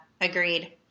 agreed